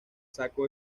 saco